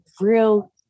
real